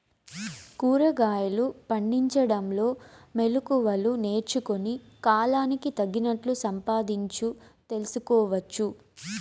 కూరగాయలు పండించడంలో మెళకువలు నేర్చుకుని, కాలానికి తగినట్లు సంపాదించు తెలుసుకోవచ్చు